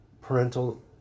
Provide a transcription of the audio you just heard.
parental